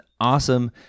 awesome